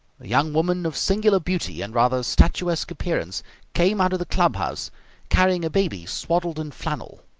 young woman of singular beauty and rather statuesque appearance came out of the club-house carrying a baby swaddled in flannel.